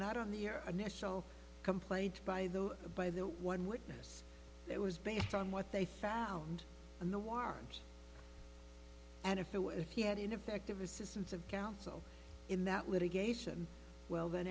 not on the initial complaint by the by the one witness it was based on what they found in the arms and if it was if you had ineffective assistance of counsel in that litigation well then